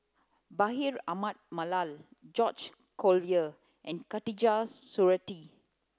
Bashir Ahmad Mallal George Collyer and Khatijah Surattee